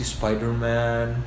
Spider-Man